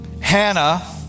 Hannah